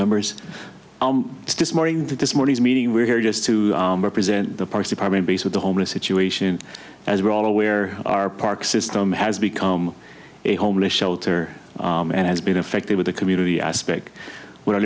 members still smarting that this morning's meeting we're here just to represent the parks department peace with the homeless situation as we're all aware our park system has become a homeless shelter and has been affected with the community aspect where